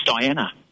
Diana